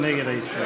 מי נגד ההסתייגות?